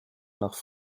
nach